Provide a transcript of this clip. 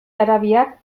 arabiak